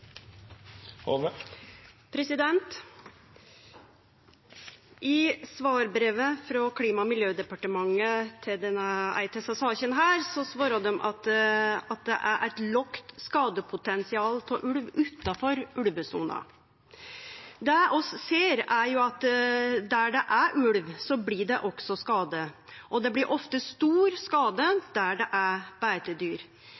gitt. I svarbrevet frå Klima- og miljødepartementet til desse sakene seier dei at det er eit lågt skadepotensial for ulv utanfor ulvesona. Det vi ser, er at der det er ulv, blir det også skade, og det blir ofte stor